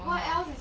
!wow!